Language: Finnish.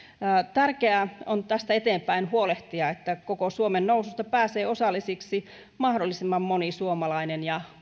tärkeää on tästä eteenpäin huolehtia että suomen noususta pääsee osallisiksi mahdollisimman moni suomalainen ja